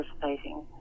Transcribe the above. participating